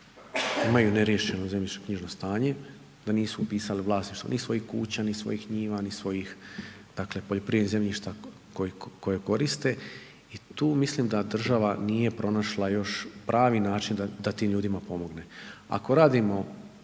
imaju neriješeno zemljišno knjižno stanje, da nisu upisali vlasništvo ni svojih kuća, ni svojih njiva ni svojih dakle poljoprivrednih zemljišta koje koriste. I tu mislim da država nije pronašla još pravi način da tim ljudima pomogne.